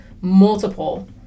multiple